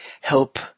help